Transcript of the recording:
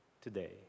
today